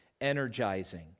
energizing